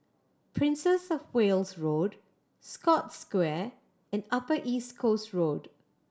Princess Of Wales Road Scotts Square and Upper East Coast Road